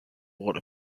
water